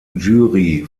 jury